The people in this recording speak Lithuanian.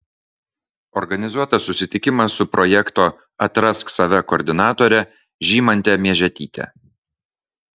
organizuotas susitikimas su projekto atrask save koordinatore žymante miežetyte